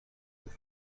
فوتی